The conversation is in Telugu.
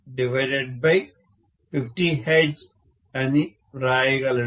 05Vrated50Hzఅని వ్రాయగలను